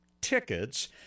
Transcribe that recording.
tickets